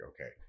okay